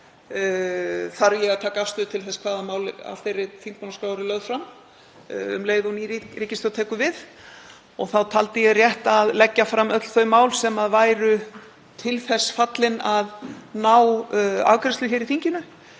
þarf ég að taka afstöðu til þess hvaða mál af þeirri þingmálaskrá skuli lögð fram um leið og ný ríkisstjórn tekur við. Ég taldi rétt að leggja fram öll þau mál sem væru til þess fallin að ná afgreiðslu hér í þinginu